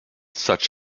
such